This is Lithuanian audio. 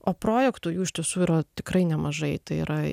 o projektų jų iš tiesų yra tikrai nemažai tai yra